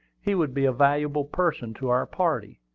he would be a valuable person to our party.